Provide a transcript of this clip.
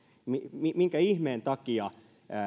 minkä ihmeen takia